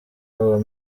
ubu